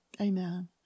Amen